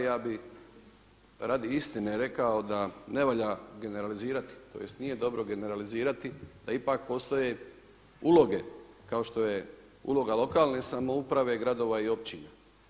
Ja bi radi istine rekao da ne valja generalizirati tj. nije dobro generalizirati da ipak postoje uloge kao što je uloga lokalne samouprave, gradova i općina.